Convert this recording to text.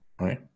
right